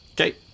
Okay